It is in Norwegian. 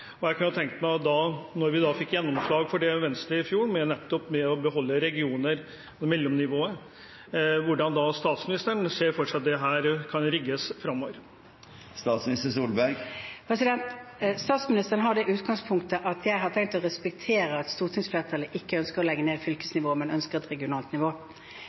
fjor for nettopp å beholde regioner – mellomnivået. Hvordan ser statsministeren for seg at dette kan rigges framover? Statsministeren har det utgangspunktet at hun har tenkt å respektere at stortingsflertallet ikke ønsker å legge ned fylkesnivået, men ønsker et regionalt nivå.